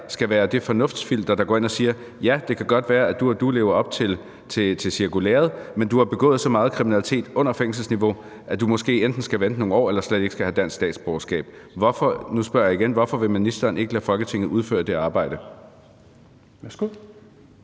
skal være det fornuftsfilter, der går ind og siger: Ja, det kan godt være, at du lever op til cirkulæret, men du har begået så meget kriminalitet under fængselsniveau, at du måske enten skal vente nogle år eller du slet ikke skal have dansk statsborgerskab. Nu spørger jeg igen: Hvorfor vil ministeren ikke lade Folketinget udføre det arbejde? Kl.